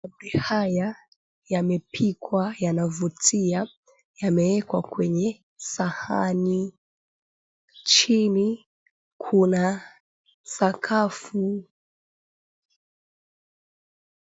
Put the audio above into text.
Haya yamepikwa yanavutia, yameekwa kwenye sahani, chini kuna sakafu.